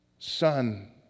Son